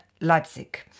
leipzig